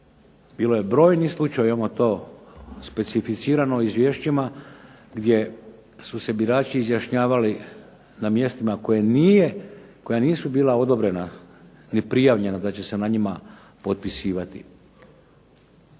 bilo je brojnih slučajeva, imamo to specificirano u izvješćima gdje su se birači izjašnjavali na mjestima koja nisu bila odobrena, ni prijavljena da će se na njima potpisivati.